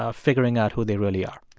ah figuring out who they really are?